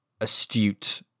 astute